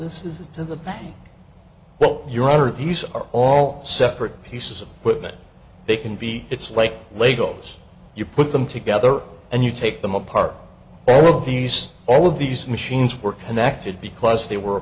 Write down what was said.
this is to the back well your honor these are all separate pieces of equipment they can be it's like labels you put them together and you take them apart all of these all of these machines were connected because they were a